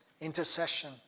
intercession